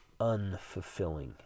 unfulfilling